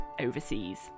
overseas